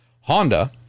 honda